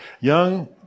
Young